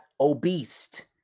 obese